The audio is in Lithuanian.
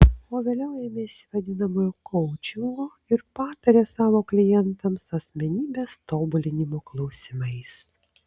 o vėliau ėmėsi vadinamojo koučingo ir pataria savo klientams asmenybės tobulinimo klausimais